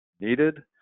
needed